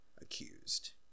accused